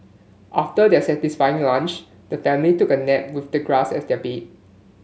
after their satisfying lunch the family took a nap with the grass as their bed